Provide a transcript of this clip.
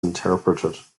interpreted